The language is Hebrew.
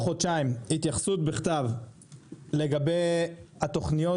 חודשיים התייחסות בכתב לגבי התוכניות